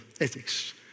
Ethics